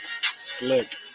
Slick